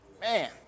man